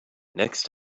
next